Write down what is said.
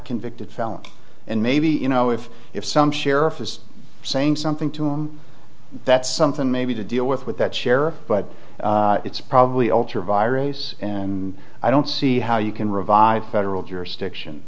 convicted felon and maybe you know if if some sheriff was saying something to him that's something maybe to deal with with that chair but it's probably alter virus and i don't see how you can revive federal jurisdiction